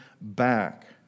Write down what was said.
back